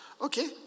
Okay